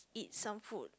eat some food